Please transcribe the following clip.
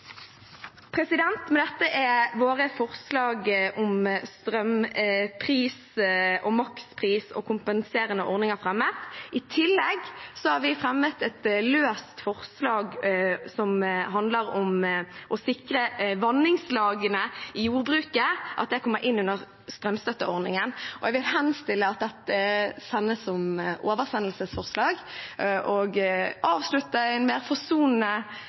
Med dette er våre forslag om strømpris og makspris og kompenserende ordninger fremmet. I tillegg har vi fremmet et løst forslag, som handler om å sikre vanningslagene i jordbruket, at det kommer inn under strømstøtteordningen. Jeg vil henstille til at dette sendes som oversendelsesforslag og avslutte med en forsonende